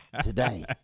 today